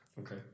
okay